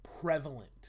prevalent